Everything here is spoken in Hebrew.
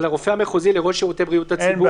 על רופא המחוזי לראש שירותי בריאות הציבור,